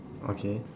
okay